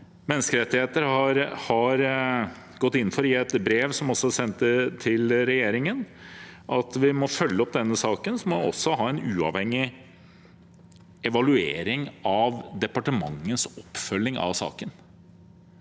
mener, som NIM har gått inn for i et brev som også er sendt til regjeringen, at vi må følge opp denne saken, og man må ha en uavhengig evaluering av departementets oppfølging av saken.